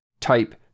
type